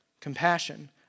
compassion